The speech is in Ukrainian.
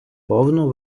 повну